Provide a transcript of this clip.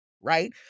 right